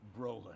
Brolin